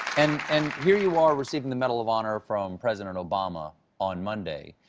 and and here you are receiving the medal of honor from president obama on monday,